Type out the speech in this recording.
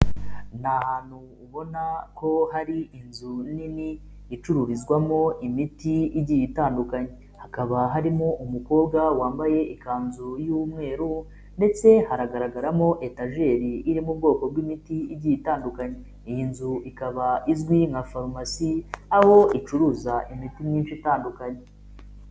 Ni ahantu ubona ko hari inzu nini icururizwamo imiti igiye itandukanye, hakaba harimo umukobwa wambaye ikanzu y'umweru ndetse haragaragaramo etajeri irimo ubwoko bw'imiti igiye itandukanye, iyi nzu ikaba izwi nka farumasi aho icuruza imiti myinshi itandukanye.